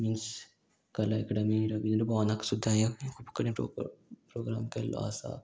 means Kala academy Ravindra भोवनाक सुद्दां हांवें खूब कडेन प्रोग्र प्रोग्राम केल्लो आसा